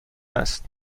است